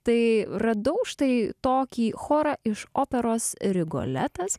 tai radau štai tokį chorą iš operos rigoletas